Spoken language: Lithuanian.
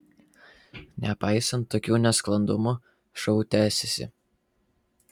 nepaisant tokių nesklandumų šou tęsėsi